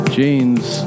Jeans